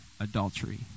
adultery